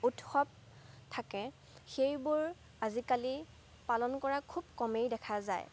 উৎসৱ থাকে সেইবোৰ আজিকালি পালন কৰা খুব কমেই দেখা যায়